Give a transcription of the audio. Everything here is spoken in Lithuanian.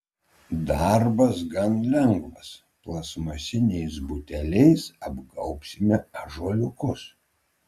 darbas gan lengvas plastmasiniais buteliais apgaubsime ąžuoliukus